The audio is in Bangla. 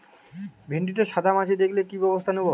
ভিন্ডিতে সাদা মাছি দেখালে কি ব্যবস্থা নেবো?